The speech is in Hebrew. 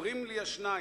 אומרים לי השניים: